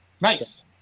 Nice